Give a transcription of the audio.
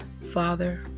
Father